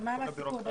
ומה עם הסיפור בחיפה?